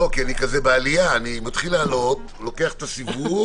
אני חושב שוועדת החוקה במושב הנוכחי